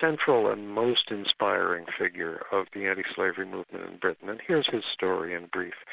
central and most inspiring figure of the anti-slavery movement in britain, and here's his story in brief